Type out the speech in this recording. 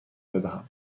بدهم